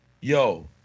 yo